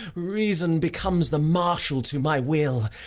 reason becomes the marshal to my will,